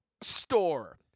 store